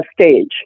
stage